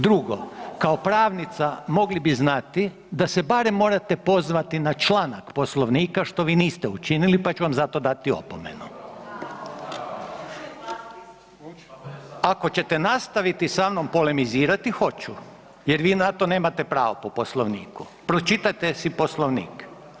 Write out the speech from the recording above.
Drugo, kao pravnica, mogli bi znati da se barem morate pozvati na članak Poslovnika, što vi niste učinili pa ću vam zato dati opomenu. ... [[Upadica se ne čuje.]] ako ćete nastaviti sa mnom polemizirati, hoću jer vi na to nemate pravo po Poslovniku, pročitajte si Poslovnik.